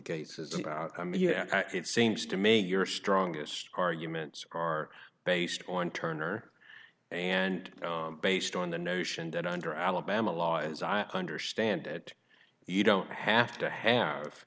case is about it seems to me your strongest arguments are based on turner and based on the notion that under alabama law as i understand it you don't have to have